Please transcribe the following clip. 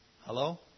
Hello